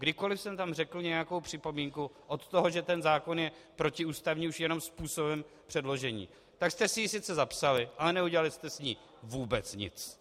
Kdykoliv jsem tam řekl nějakou připomínku od toho, že ten zákon je protiústavní už jenom způsobem předložení, tak jste si ji sice zapsali, ale neudělali jste s ní vůbec nic.